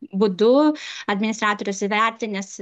būdu administratorius įvertinęs